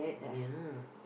you know the